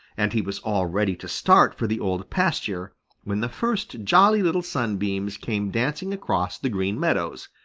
and he was all ready to start for the old pasture when the first jolly little sunbeams came dancing across the green meadows.